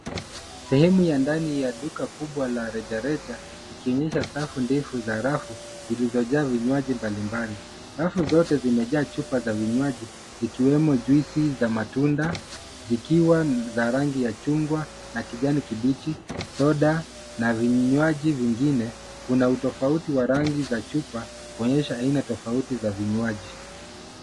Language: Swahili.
Sehemu ya ndani ya duka kubwa la rejareja ikionyesha safu ndefu za rafu zilizojaa vinywaji mbalimbali. Rafu zote zimejaa chupa za vinywaji zikiwemo juisi za matunda zikiwa za rangi ya chungwa na kijani kibichi, soda na vinywaji vingine kuna utofauti wa rangi za chupa kuonyesha aina tofauti za vinywaji.